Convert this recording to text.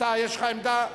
אתה יש לך עמדה?